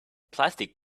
plastic